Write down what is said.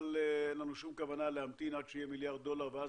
אבל אין לנו שום כוונה להמתין עד שיהיה מיליארד דולר ואז